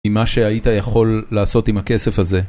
עם מה שהיית יכול לעשות עם הכסף הזה